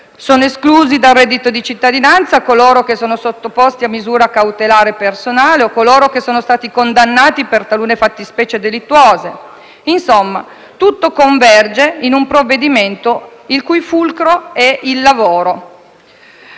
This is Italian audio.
Sono esclusi dal reddito di cittadinanza coloro che sono sottoposti a misura cautelare personale o coloro che sono stati condannati per talune fattispecie delittuose. Insomma, tutto converge in un provvedimento il cui fulcro è il lavoro.